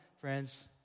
friends